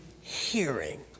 hearing